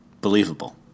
Believable